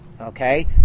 Okay